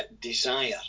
desire